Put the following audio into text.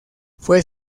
fue